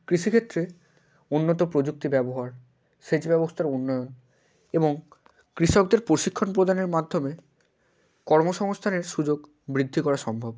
কৃষিক্ষেত্রে উন্নত প্রযুক্তি ব্যবহার সেচ ব্যবস্থার উন্নয়ন এবং কৃষকদের প্রশিক্ষণ প্রদানের মাধ্যমে কর্মসংস্থানের সুযোগ বৃদ্ধি করা সম্ভব